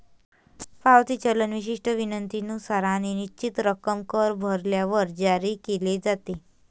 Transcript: पावती चलन विशिष्ट विनंतीनुसार आणि निश्चित रक्कम कर भरल्यावर जारी केले जाते